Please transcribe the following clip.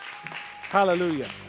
Hallelujah